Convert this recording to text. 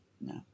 No